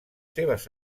seves